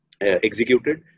executed